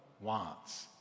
wants